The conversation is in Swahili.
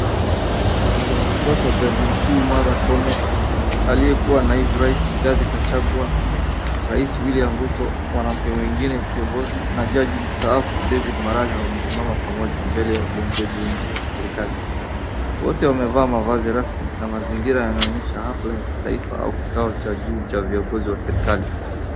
Kutoka kushoto, jaji mkuu, Martha Koome, aliyekuwa naibu rais, Rigathi Gachagua, rais William Ruto, mwanamke mwingine kiongozi na jaji mstaafu, David Maraga ,waseimama pamoja mbele ya viongozi wengine wa serikali. Wote wamevaa mavazi rasmi na mazingira yanaonyesha hafla ya kitaifa au kikao cha juu cha viongozi wa serikali.